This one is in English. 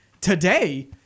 Today